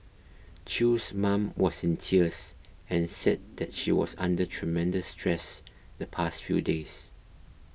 Chew's mom was in tears and said that she was under tremendous stress the past few days